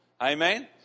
Amen